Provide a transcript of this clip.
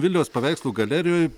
vilniaus paveikslų galerijoj